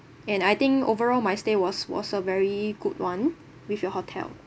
and I think overall my stay was was a very good [one] with your hotel